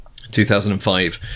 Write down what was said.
2005